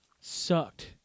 sucked